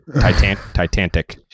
Titanic